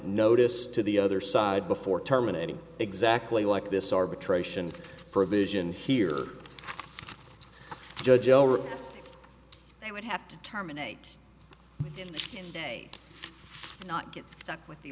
notice to the other side before terminating exactly like this arbitration provision here judge they would have to terminate if they not get stuck with the